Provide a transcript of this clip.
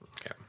Okay